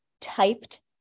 typed